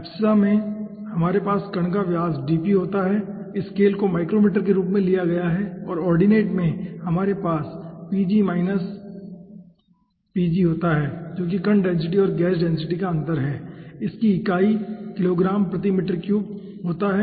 abscissa में हमारे पास कण का व्यास dp होता है स्केल को माइक्रोमीटर के रूप में लिया गया है और ऑर्डिनेट में हमारे पास होता है जो कि कण डेंसिटी और गैस डेंसिटी का अंतर है इसकी इकाई किलोग्राम प्रति मीटर क्यूब होता है